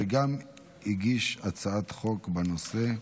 שגם הגיש הצעת חוק בנושא,